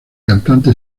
cantante